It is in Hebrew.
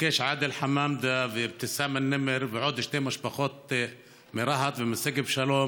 ביקשו עאדל חמאמדה ואבתיסם אל-נימר ועוד שתי משפחות מרהט ומשגב שלום,